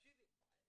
תקשיבי,